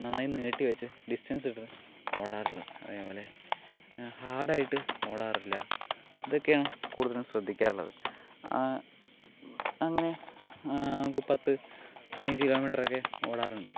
നന്നായി നീട്ടി വച്ച് ഡിസ്റ്റൻസിട്ട് ഓടാറുള്ളത് അതേപോലെ ഞാൻ ഹാർഡായിട്ട് ഓടാറില്ല ഇതൊക്കെയാണ് കൂടുതലും ശ്രദ്ധിക്കാറുള്ളത് അങ്ങനെ ഒരു പത്ത് പതിനഞ്ച് കിലോമീറ്ററൊക്കെ ഓടാറുണ്ട്